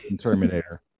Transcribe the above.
Terminator